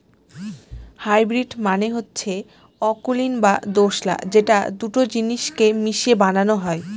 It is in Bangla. হাইব্রিড মানে হচ্ছে অকুলীন বা দোঁশলা যেটা দুটো জিনিস কে মিশিয়ে বানানো হয়